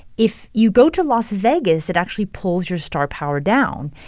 if you go to las vegas, it actually pulls your star power down.